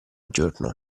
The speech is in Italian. giorno